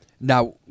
Now